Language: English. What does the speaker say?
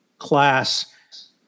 class